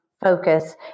focus